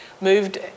moved